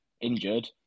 injured